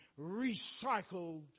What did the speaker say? recycled